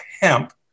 hemp